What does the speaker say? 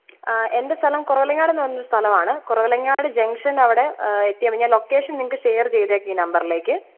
ആ എൻ്റെ സ്ഥലം കൊറവലങ്ങാടെന്ന് പറഞ്ഞൊരു സ്ഥലമാണ് കൊറവലങ്ങാട് ജങ്ഷനവിടെ എത്തിയാൽ മതി ഞാൻ ലൊക്കേഷൻ നിങ്ങൾക്ക് ഷെയർ ചെയ്തേക്കാം ഈ നമ്പറിലേക്ക്